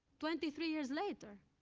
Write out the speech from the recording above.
twenty-three years later.